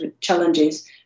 challenges